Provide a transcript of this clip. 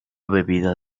bebida